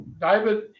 david